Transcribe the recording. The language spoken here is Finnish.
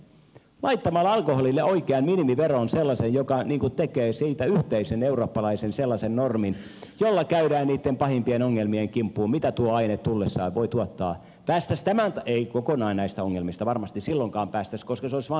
laittamalla alkoholille oikean minimiveron sellaisen joka tekee siitä yhteisen eurooppalaisen normin jolla käydään pahimpien ongelmien kimppuun mitä tuo aine tullessaan voi tuottaa päästäisiin ei kokonaan näistä ongelmista varmasti silloinkaan päästäisi koska se olisi vain minimivero